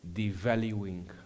devaluing